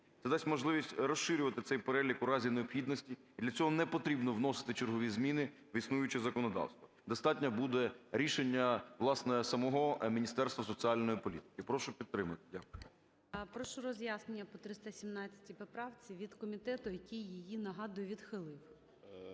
Це дасть можливість розширювати цей перелік у разі необхідності, і для цього не потрібно вносити чергові зміни в існуюче законодавство, достатньо буде рішення, власне, самого Міністерства соціальної політики. Прошу підтримати. Дякую. ГОЛОВУЮЧИЙ. Прошу роз'яснення по 317 поправці від комітету, який її, нагадую, відхилив.